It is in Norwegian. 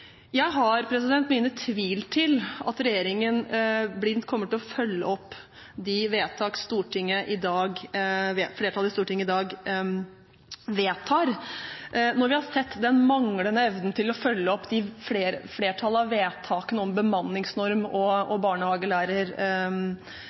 Jeg har mine tvil om at regjeringen blindt kommer til å følge opp de vedtak flertallet i Stortinget i dag gjør, når vi har sett den manglende evnen til å følge opp flesteparten av vedtakene om bemanningsnorm og